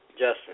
Justin